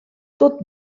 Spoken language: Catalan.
tot